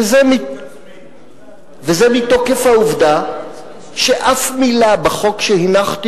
וזה מתוקף העובדה שאף מלה בחוק שהנחתי